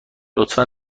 لطفا